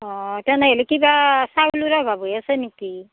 অ তেনেহ'লে কিবা চাউলবিলাক লগ হৈ আছে নেকি